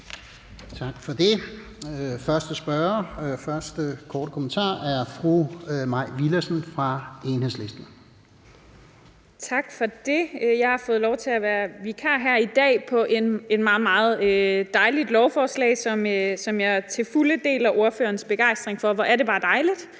Tak for det. Den første spørger er fru Mai Villadsen fra Enhedslisten. Kl. 11:28 Mai Villadsen (EL): Tak for det. Jeg har fået lov til at være vikar her i dag på et meget, meget dejligt lovforslag, som jeg til fulde deler ordførerens begejstring for. Hvor er det bare dejligt,